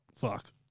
fuck